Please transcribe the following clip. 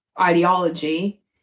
ideology